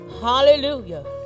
Hallelujah